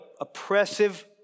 oppressive